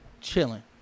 chilling